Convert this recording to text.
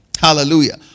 Hallelujah